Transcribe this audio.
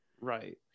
right